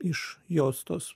iš juostos